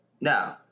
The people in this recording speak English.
No